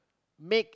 make